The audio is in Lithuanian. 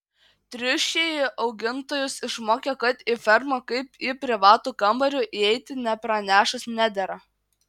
triušiai augintojus išmokė kad į fermą kaip į privatų kambarį įeiti nepranešus nedera